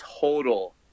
total